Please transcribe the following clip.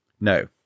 No